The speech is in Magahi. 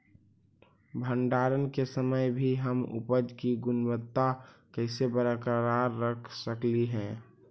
भंडारण के समय भी हम उपज की गुणवत्ता कैसे बरकरार रख सकली हे?